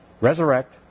resurrect